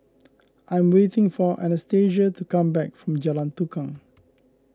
I am waiting for Anastasia to come back from Jalan Tukang